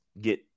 get